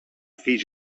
fills